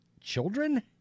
children